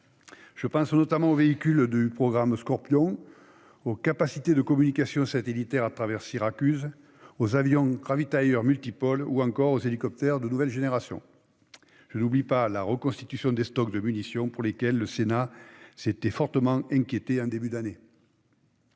Je pense notamment aux véhicules du programme Scorpion, aux capacités de communication satellitaire au travers de Syracuse, aux avions ravitailleurs multirôles ou encore aux hélicoptères de nouvelle génération. Je n'oublie pas la reconstitution des stocks de munitions, pour lesquels le Sénat s'était fortement inquiété en début d'année.